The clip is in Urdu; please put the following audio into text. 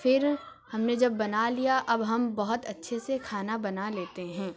پھر ہم نے جب بنا لیا اب ہم بہت اچھے سے کھانا بنا لیتے ہیں